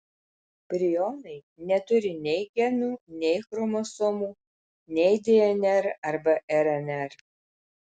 prionai neturi nei genų nei chromosomų nei dnr arba rnr